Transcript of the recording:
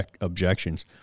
objections